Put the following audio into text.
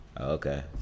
okay